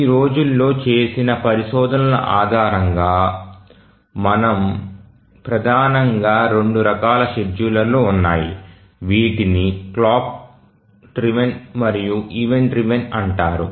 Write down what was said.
ఆ రోజుల్లో చేసిన పరిశోధనల ఆధారంగా మనకు ప్రధానంగా రెండు రకాల షెడ్యూలర్లు ఉన్నాయి వీటిని క్లాక్ డ్రివెన్ మరియు ఈవెంట్ డ్రివెన్ అంటారు